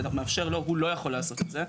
מאפשר לו, הוא לא יכול לעשות את זה.